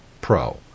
Pro